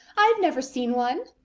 i've never seen one.